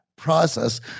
process